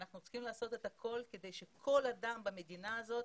אנחנו צריכים לעשות את הכל כדי שכל אדם במדינה הזאת